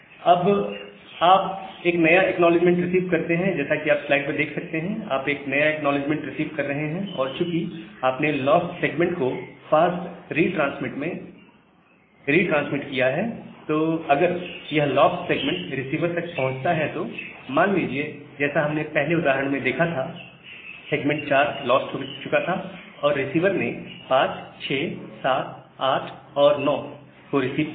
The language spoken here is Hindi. जब आप एक नया एक्नॉलेजमेंट रिसीव करते हैं जैसा कि आप स्लाइड में देख सकते हैं आप एक नया एक्नॉलेजमेंट रिसीव कर रहे हैं और चूकि आपने लॉस्ट सेगमेंट को फास्ट रिट्रांसमिट में रिट्रांसमिट किया है तो अगर यह लॉस्ट सेगमेंट रिसीवर तक पहुंचता है तो मान लीजिए जैसा कि हमने पहले उदाहरण में देखा है सेगमेंट 4 लॉस्ट हो चुका था और रिसीवर ने 5 6 7 8 और 9 को रिसीव किया था